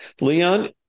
Leon